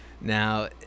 Now